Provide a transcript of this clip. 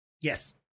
Yes